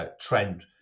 trend